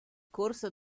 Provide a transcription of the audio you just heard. corso